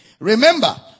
remember